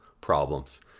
problems